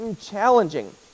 challenging